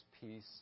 peace